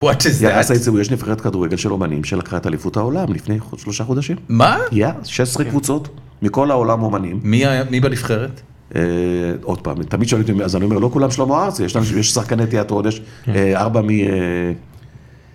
יש נבחרת כדורגל של אומנים שלקחה את אליפות העולם לפני שלושה חודשים. מה? כן, 16 קבוצות, מכל העולם אומנים, מי היה בנבחרת? עוד פעם, תמיד שואלים אותי מי, אז אני אומר, לא כולם שלמה ארצי, יש שחקני תיאטרון, יש ארבע מ...